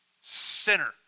Sinner